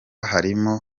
harimo